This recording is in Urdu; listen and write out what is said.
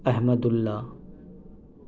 احمد اللہ